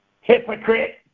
Hypocrite